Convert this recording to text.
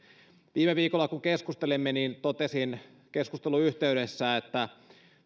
viime viikolla kun keskustelimme totesin keskustelun yhteydessä että